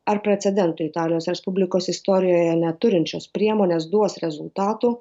ar precedento italijos respublikos istorijoje neturinčios priemonės duos rezultatų